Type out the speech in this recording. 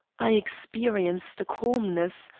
i experienced a calmness,